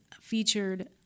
featured